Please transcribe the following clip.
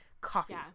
coffee